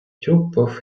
тюпав